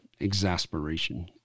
exasperation